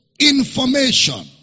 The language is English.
Information